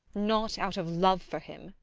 not out of love for him.